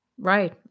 Right